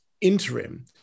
interim